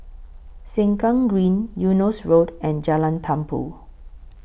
Sengkang Green Eunos Road and Jalan Tumpu